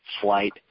flight